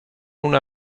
una